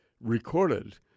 recorded